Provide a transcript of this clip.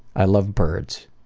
i love birds.